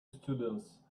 students